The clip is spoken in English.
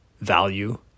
value